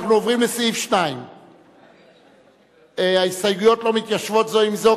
אנחנו עוברים לסעיף 2. ההסתייגויות לא מתיישבות זו עם זו,